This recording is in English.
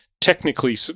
technically